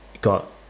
got